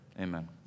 amen